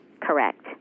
Correct